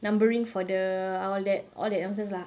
numbering for the all that all that answers lah